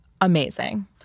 amazing